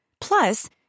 Plus